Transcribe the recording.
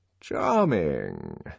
Charming